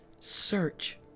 Search